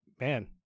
man